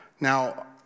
Now